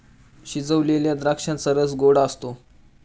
शिजवलेल्या द्राक्षांचा रस गोड असतो